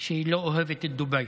שהיא לא אוהבת את דובאי.